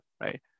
right